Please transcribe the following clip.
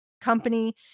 company